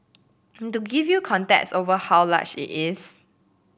and to give you context over how large it is